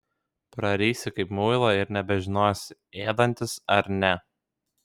prarysi kaip muilą ir nebežinosi ėdantis ar ne